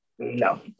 No